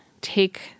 take